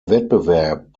wettbewerb